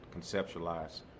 conceptualize